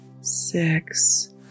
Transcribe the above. six